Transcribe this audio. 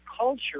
culture